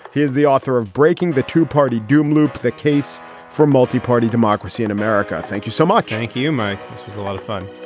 he is the author of breaking the two party doom loop the case for multi-party democracy in america. thank you so much. thank you, mike. this was a lot of fun